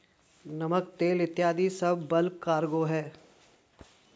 नमक, तेल इत्यादी सब बल्क कार्गो हैं